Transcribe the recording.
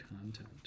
content